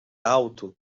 alto